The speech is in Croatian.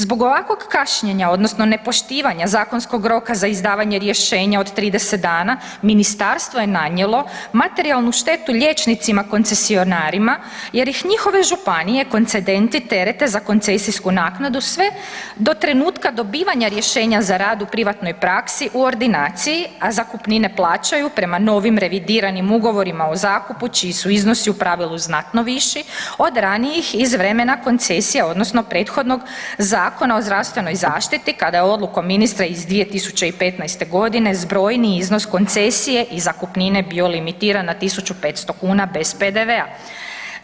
Zbog ovakvog kašnjenja odnosno nepoštovanja zakonskog roka za izdavanja rješenja od 30 dana, ministarstvo je nanijelo materijalnu štetu liječnicima koncesionarima jer ih njihove županije koncedenti terete za koncesijsku naknadu sve do trenutka dobivanja rješenja za rad u privatnoj praksi u ordinaciji a zakupnine plaćaju prema novim revidiranim ugovorima o zakupu čiji su iznosu u pravilu znatno viši od ranijih iz vremena koncesija odnosno prethodnog Zakona o zdravstvenoj zaštiti kada je odlukom ministra iz 2015. g. zbrojni iznos koncesije i zakupnine bio limitiran na 1500 kn bez PDV-a.